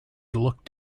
looked